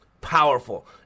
powerful